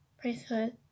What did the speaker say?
priesthood